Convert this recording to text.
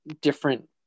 different